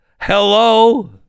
hello